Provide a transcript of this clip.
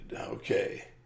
Okay